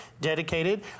dedicated